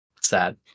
sad